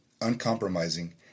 uncompromising